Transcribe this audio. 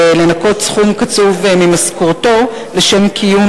לנכות סכום קצוב ממשכורתו לשם קיום